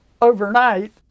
overnight